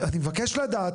אני מבקש לדעת,